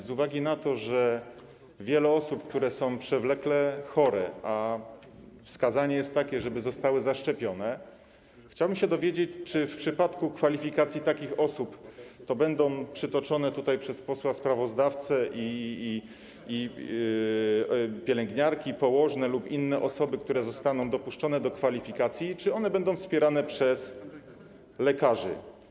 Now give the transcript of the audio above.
Z uwagi na to, że jest wiele osób, które są przewlekle chore, a wskazanie jest takie, żeby zostały zaszczepione, chciałbym się dowiedzieć, czy w przypadku kwalifikacji takich osób to będą wymienione tutaj przez posła sprawozdawcę pielęgniarki, położne lub inne osoby, które zostaną dopuszczone do kwalifikacji, czy one będą wspierane przez lekarzy.